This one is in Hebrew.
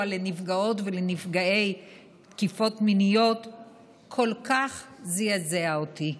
לנפגעות ולנפגעי תקיפה מינית כל כך זעזע אותי.